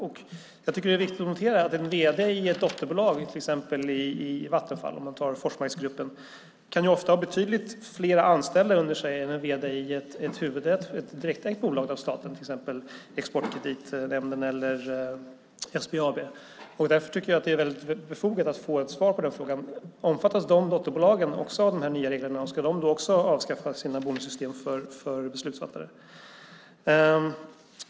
Jag tycker att det är viktigt att notera att en vd i ett dotterbolag, till exempel i Vattenfall, om man tar Forsmarksgruppen, ofta kan ha betydligt fler anställda under sig än en vd i ett bolag som är direkt ägt av staten, till exempel Exportkreditnämnden eller SBAB. Därför tycker jag att det är väldigt befogat att få ett svar på den frågan: Omfattas dotterbolagen också av de här nya reglerna, och ska de då också avskaffa sina bonussystem för beslutsfattare?